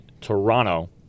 Toronto